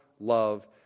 love